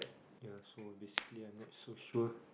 ya so basically I'm not so sure